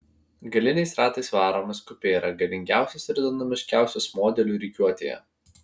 galiniais ratais varomas kupė yra galingiausias ir dinamiškiausias modelių rikiuotėje